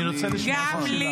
אני רוצה לשמוע את השאלה.